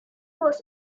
was